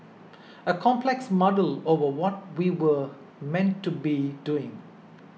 a complex muddle over what we're meant to be doing